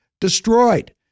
Destroyed